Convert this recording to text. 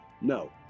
No